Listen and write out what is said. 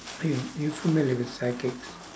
are you are you familiar with psychics